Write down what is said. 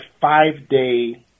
five-day